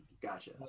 Gotcha